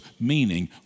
meaning